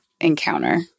encounter